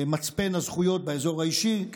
מצפן הזכויות באזור האישי,